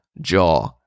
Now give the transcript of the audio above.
jaw